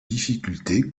difficulté